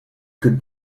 could